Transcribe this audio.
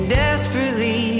desperately